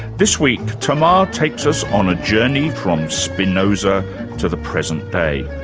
this week tamar takes us on a journey from spinoza to the present day.